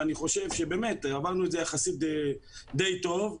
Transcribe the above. אני חושב שעברנו את זה יחסית די טוב.